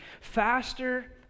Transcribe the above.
faster